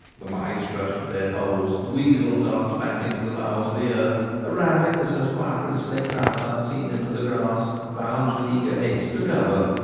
the mice rush to their holes, the weasel darts back into the bowels of the earth, a rabbit that has quietly slipped out unseen into the grass bounds with eager haste to cover,